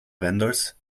vendors